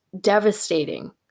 devastating